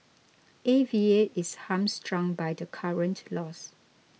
A V A is hamstrung by the current laws